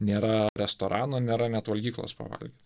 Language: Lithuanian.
nėra restorano nėra net valgyklos pavalgyt